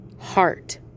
Heart